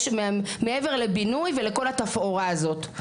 מעבר לבינוי ולכל התפאורה הזאת.